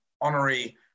honorary